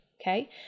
Okay